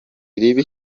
ribi